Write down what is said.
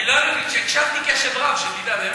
אני הקשבתי בקשב רב, שתדע.